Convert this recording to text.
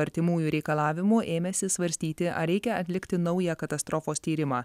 artimųjų reikalavimu ėmėsi svarstyti ar reikia atlikti naują katastrofos tyrimą